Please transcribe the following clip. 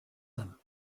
them